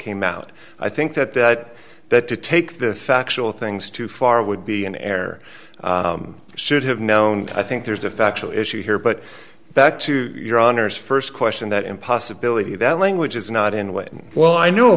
came out i think that that that to take the factual things too far would be an air should have known i think there's a factual issue here but back to your honor's st question that and possibility that language is not in a way well i know